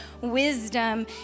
Wisdom